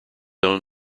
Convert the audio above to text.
own